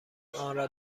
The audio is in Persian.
آنرا